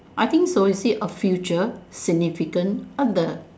I think so you see a future significant other